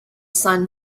sun